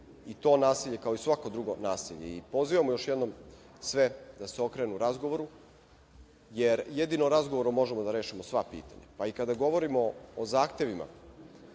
i to nasilje kao i svako drugo nasilje. Pozivamo još jednom sve da se okrenu razgovoru, jer jedino razgovorom možemo da rešimo sva pitanja. Kada govorimo o zahtevima